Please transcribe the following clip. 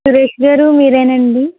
సురేష్ గారు మీరేనండి